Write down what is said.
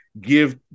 give